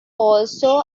also